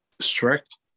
strict